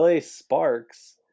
Sparks